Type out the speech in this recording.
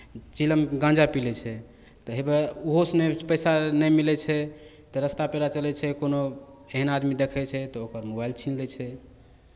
चीलम गाँजा पी लै छै तऽ हेवए ओहोसँ नहि पैसा नहि मिलै छै तऽ रस्ता पेरा चलै छै कोनो एहन आदमी देखै छै तऽ ओकर मोबाइल छीन लै छै